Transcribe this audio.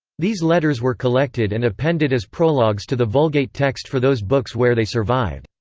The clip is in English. these letters were collected and appended as prologues to the vulgate text for those books where they survived.